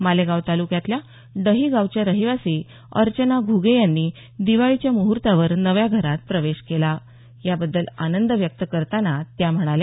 मालेगाव तालुक्यातल्या डही गावाच्या रहिवासी अर्चना घुगे यांनी दिवाळीच्या म्हर्तावर नव्या घरात प्रवेश केला याबद्दल आनंद व्यक्त करतांना त्या म्हणाल्या